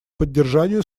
поддержанию